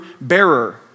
bearer